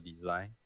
design